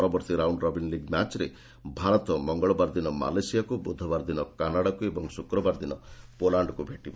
ପରବର୍ତ୍ତୀ round robin league ମ୍ୟାଚ୍ରେ ଭାରତ ମଙ୍ଗଳବାର ଦିନ ମାଲେସିଆକୁ ବୁଧବାର ଦିନ କାନାଡାକୁ ଏବଂ ଶୁକ୍ରବାର ଦିନ ପୋଲାଣ୍ଡକୁ ଭେଟିବ